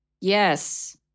Yes